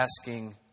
asking